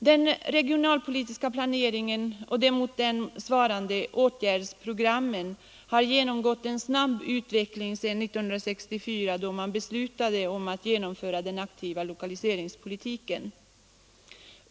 Den regionalpolitiska planeringen och de mot den svarande åtgärdsprogrammen har genomgått en snabb utveckling sedan 1964 då riksdagen beslutade att genomföra den aktiva lokaliseringspolitiken.